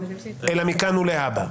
אלא ל-"מכאן ולהבא",